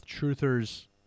truther's